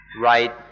right